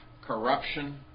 corruption